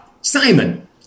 Simon